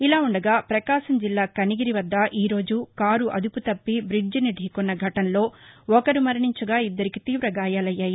ఇలా ఉండగా పకాశం జిల్లా కనిగిరి వద్ద ఈ రోజు కారు అదుపు తప్పి బీడ్జిని ఢీకొన్న ఘటనలో ఒకరు మరణించగా ఇద్దరికి తీవ గాయాలయ్యాయి